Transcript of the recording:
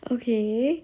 okay